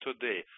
today